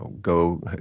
go